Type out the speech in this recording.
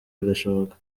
birashoboka